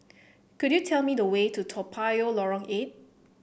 could you tell me the way to Toa Payoh Lorong Eight